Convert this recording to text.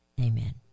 Amen